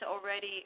already